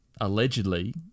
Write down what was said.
allegedly